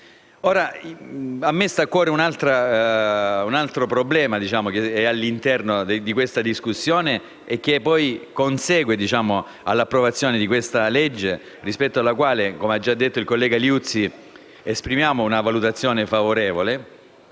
Ora, a me sta a cuore un altro problema all'interno di questa discussione, che poi consegue all'approvazione di questo provvedimento, rispetto alla quale - come ha già detto il collega Liuzzi - esprimiamo una valutazione favorevole.